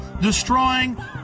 destroying